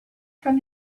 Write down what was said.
from